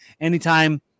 Anytime